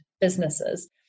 businesses